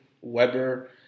Weber